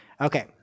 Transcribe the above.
Okay